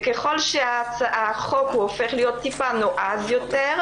וככל שהחוק הופך להיות טיפה נועז יותר,